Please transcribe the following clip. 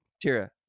tira